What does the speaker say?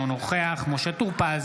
אינו נוכח משה טור פז,